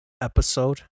episode